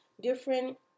different